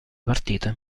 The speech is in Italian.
partite